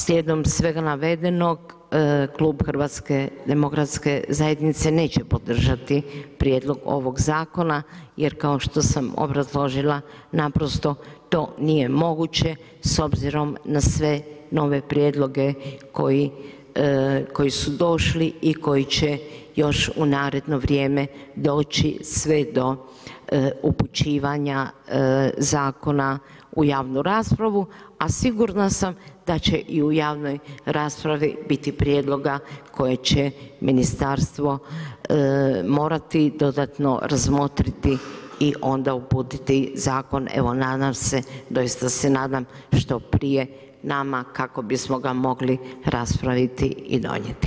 Slijedom svega navedenog, Klub HDZ-a neće podržati prijedlog ovog zakona, jer kao što sam obrazložila, naprosto to nije moguće, s obzirom na sve nove prijedloge, koji su došli i koji će još u naredno vrijeme doći sve do upućivanja zakona u javnu raspravu, a sigurna sam da će i u javnoj raspravi, biti prijedloga, koje će ministarstvo morati dodatno razmotriti i onda uputiti zakon, evo, nadam se doista se nadam, što prije, nama, kako bismo ga mogli, raspraviti i donijeti.